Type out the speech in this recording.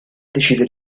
decide